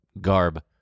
garb